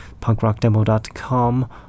Punkrockdemo.com